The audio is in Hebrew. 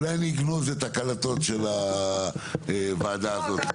ימים יגידו, אולי נגנוז את הקלטות של הוועדה הזאת.